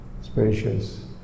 spacious